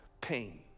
pain